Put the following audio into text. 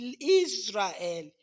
Israel